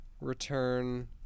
return